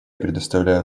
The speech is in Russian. предоставляю